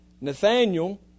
Nathaniel